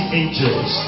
angels